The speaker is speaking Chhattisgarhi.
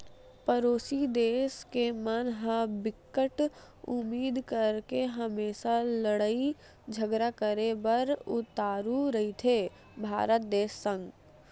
परोसी देस के मन ह बिकट उदिम करके हमेसा लड़ई झगरा करे बर उतारू रहिथे भारत देस संग